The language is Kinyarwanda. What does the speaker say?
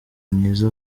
myiza